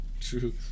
true